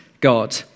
God